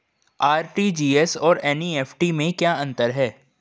RTGS और NEFT में क्या अंतर है?